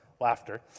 laughter